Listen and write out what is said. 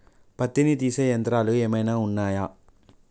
పత్తిని తీసే యంత్రాలు ఏమైనా ఉన్నయా?